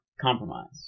compromise